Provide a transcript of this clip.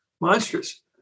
Monstrous